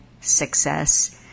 success